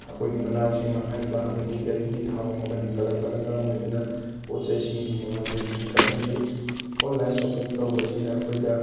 ꯑꯩꯈꯣꯏꯒꯤ ꯃꯅꯥ ꯃꯁꯤꯡ ꯃꯥꯡꯍꯟꯕ ꯑꯃꯗꯤ ꯒꯥꯔꯤꯒꯤ ꯊꯥꯎ ꯃꯃꯜ ꯍꯦꯟꯒꯠꯂꯛꯄꯅ ꯃꯔꯝ ꯑꯣꯏꯗꯨꯅ ꯄꯣꯠ ꯆꯩꯁꯤꯡꯒꯤ ꯃꯃꯜꯁꯤ ꯍꯦꯟꯒꯠꯍꯜꯂꯤ ꯑꯣꯟꯂꯥꯏꯟ ꯁꯣꯞꯄꯤꯡ ꯇꯧꯕꯁꯤꯅ ꯑꯩꯈꯣꯏꯗ